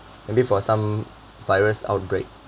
maybe for some virus outbreak